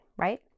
Right